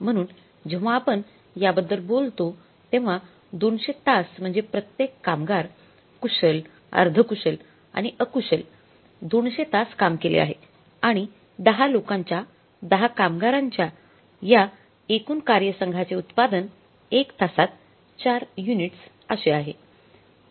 म्हणून जेव्हा आपण याबद्दल बोलतो तेव्हा 200 तास म्हणजे प्रत्येक कामगार कुशल अर्धकुशल आणि अकुशल 200 तास काम केले आहे आणि 10 लोकांच्या 10 कामगारांच्या या एकूण कार्यसंघाचे उत्पादन 1 तासात 4 युनिट असे आहे